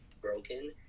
broken